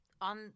on –